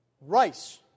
rice